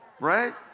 right